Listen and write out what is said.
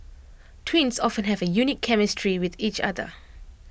twins often have A unique chemistry with each other